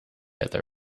other